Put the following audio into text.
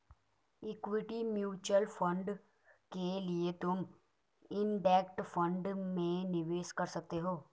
equity mutual fund के लिए तुम इंडेक्स फंड में निवेश कर सकते हो